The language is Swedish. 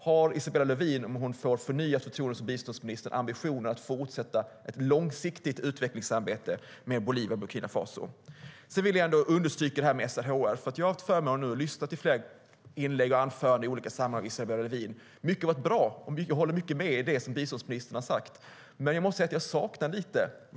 Har Isabella Lövin, om hon får förnyat förtroende som biståndsminister, ambitionen att fortsätta ett långsiktigt utvecklingsarbete med Bolivia och Burkina Faso? Jag vill understryka detta med SRHR. Jag har haft förmånen att få lyssna till flera inlägg och anföranden av Isabella Lövin i olika sammanhang. Mycket har varit bra. Jag håller med om mycket av det som biståndsministern har sagt, men jag saknar lite.